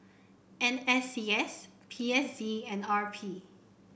N S C S P S C and R P